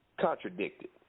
contradicted